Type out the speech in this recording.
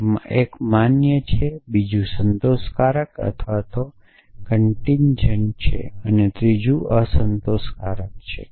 જેમાં એક માન્ય છે બીજું સંતોષકારક અથવા કનટીનજેંટ છે અને ત્રીજુ અસંતોષકારક છે